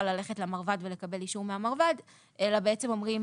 ללכת למרב"ד ולקבל אישור מהמרב"ד אלא אומרים